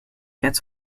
quatre